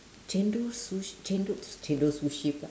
chendol sush~ chendol chendol sushi pluck